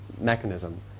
mechanism